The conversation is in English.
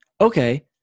okay